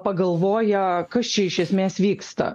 pagalvoję kas čia iš esmės vyksta